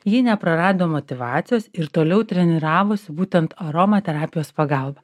ji neprarado motyvacijos ir toliau treniravosi būtent aromaterapijos pagalba